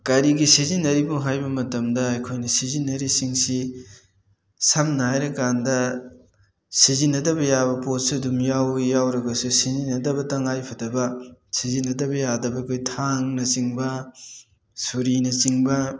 ꯀꯔꯤꯒꯤ ꯁꯤꯖꯤꯟꯅꯔꯤꯕꯅꯣ ꯍꯥꯏꯕ ꯃꯇꯝꯗ ꯑꯩꯈꯣꯏꯅ ꯁꯤꯖꯤꯟꯅꯔꯤꯁꯤꯡꯁꯤ ꯁꯝꯅ ꯍꯥꯏꯔꯀꯥꯟꯗ ꯁꯤꯖꯤꯟꯅꯗꯕ ꯌꯥꯕ ꯄꯣꯠꯁꯨ ꯑꯗꯨꯝ ꯌꯥꯎꯋꯤ ꯌꯥꯎꯔꯒꯁꯨ ꯁꯤꯖꯤꯟꯅꯗꯕ ꯇꯉꯥꯏꯐꯗꯕ ꯁꯤꯖꯤꯟꯅꯗꯕ ꯌꯥꯗꯕ ꯑꯩꯈꯣꯏ ꯊꯥꯡꯅꯆꯤꯡꯕ ꯁꯣꯔꯤꯅꯆꯤꯡꯕ